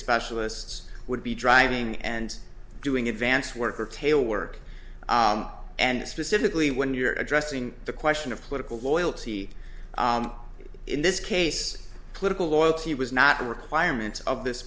specialists would be driving and doing advance work or tail work and specifically when you're addressing the question of political loyalty in this case political loyalty was not a requirement of this